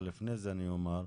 אבל לפני זה אני אומר,